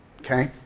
okay